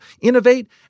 innovate